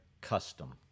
custom